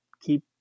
keep